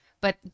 but-